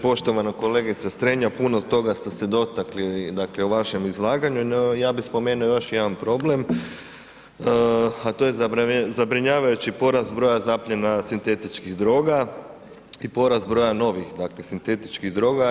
Poštovana kolegice Strenja, puno toga ste se toga dotakli dakle u vašem izlaganju, no ja bi spomenuo još jedan problem, a to je zabrinjavajući porast broja zapljena sintetičkih droga i porast broja novih dakle sintetičkih droga.